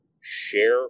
share